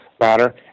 matter